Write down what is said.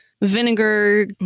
vinegar